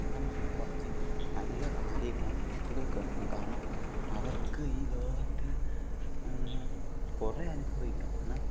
അങ്ങനെ നമ്മൾ കുറച്ച് നല്ല കാര്യങ്ങൾ ആ കുട്ടികൾക്ക് വേണ്ടി കാരണം അവർക്ക് ഈ ലോകത്ത് കുറേ അനുഭവിക്കണം എന്നാൽ